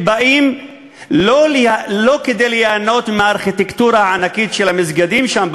באים לא כדי ליהנות מהארכיטקטורה הענקית של המסגדים שם,